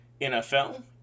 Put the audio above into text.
NFL